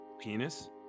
Penis